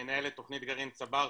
מנהל את תכנית גרעין "צבר",